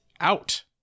out